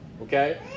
Okay